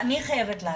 אני חייבת להגיד: